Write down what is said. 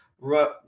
Right